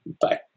Bye